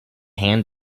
hand